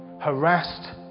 harassed